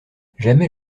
jamais